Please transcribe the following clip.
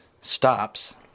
stops